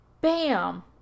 bam